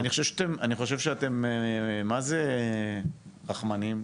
אני חושב שאתם מה-זה רחמנים.